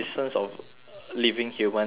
uh living human individuals